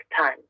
time